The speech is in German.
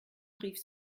rief